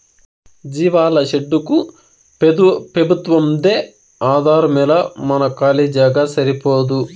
జీవాల షెడ్డుకు పెబుత్వంమ్మీదే ఆధారమేలా మన కాలీ జాగా సరిపోదూ